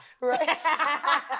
Right